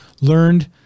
learned